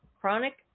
Chronic